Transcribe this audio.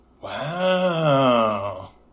Wow